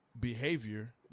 behavior